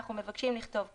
ואנחנו מבקשים לכתוב ככה: